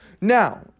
Now